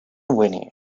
whinnying